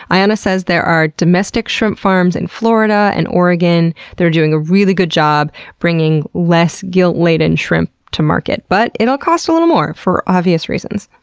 ayana says there are domestic shrimp farms in florida and oregon that are doing a really good job bringing less guilt laden shrimp to market, but it'll cost a little more for obvious reasons.